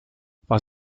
war